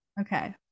okay